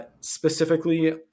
specifically